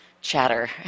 chatter